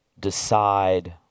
decide